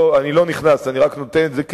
אני לא נכנס, אני רק נותן את זה כדוגמה,